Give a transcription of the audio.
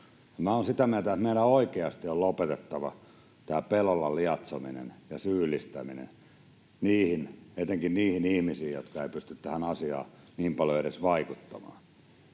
olen sitä mieltä, että meidän on oikeasti lopetettava tämä pelon lietsominen ja etenkin niiden ihmisten syyllistäminen, jotka eivät pysty tähän asiaan niin paljon edes vaikuttamaan.